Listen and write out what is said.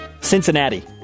Cincinnati